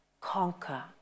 conquer